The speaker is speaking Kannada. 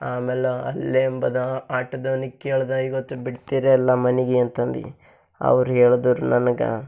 ಆಮೇಲೆ ಅಲ್ಲೆಂಬದವ ಆಟೋದವ್ನಿಗ ಕೇಳ್ದೆ ಇವತ್ತಿಗೆ ಬಿಡ್ತಿರ ಇಲ್ಲ ಮನೆಗೆ ಅಂತಂದು ಅವ್ರು ಹೇಳ್ದರು ನನಗ